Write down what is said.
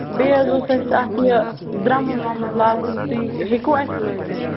بیٚیہِ حظ اوس اَسہِ اَتھ یہِ درمُن وَمُن لاگُن تُہۍ ہیٚکوٕ اَسہِ لٲگِتھ